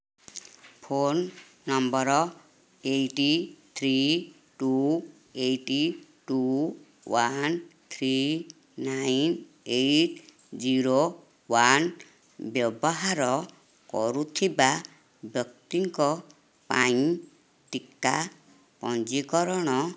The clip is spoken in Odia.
phone number eight three two eight two one three nine eight zero one ବ୍ୟବହାର କରୁଥିବା ବ୍ୟକ୍ତିଙ୍କ ପାଇଁ ଟିକା ପଞ୍ଜୀକରଣ